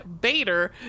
bader